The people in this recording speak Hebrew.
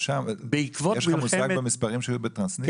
יש לך מושג במספרים שהיו בטרנסניסטריה?